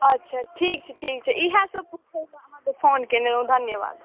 अच्छा ठीक छै ठीक छै इएहसब पुछैलए अहाँके फोन कएने रहौँ धन्यवाद